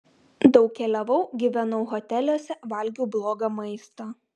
daug keliavau gyvenau hoteliuose valgiau blogą maistą